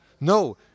No